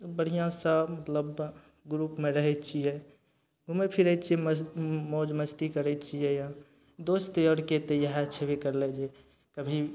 बढ़िआँ सब मतलब ग्रुपमे रहय छियै घुमय फिरय छियै म मौज मस्ती करय छियै यऽ दोस्त औरके तऽ इएह छेबे करलक जे